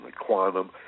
quantum